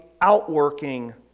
outworking